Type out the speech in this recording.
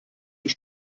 ich